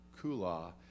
Kula